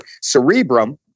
cerebrum